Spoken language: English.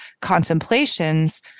contemplations